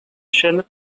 chênes